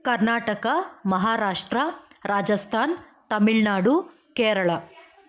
Karnataka Maharashtra Rajasthan Tamil Nadu Kerala